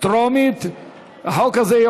הצעת חוק